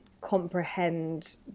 comprehend